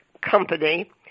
company